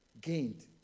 gained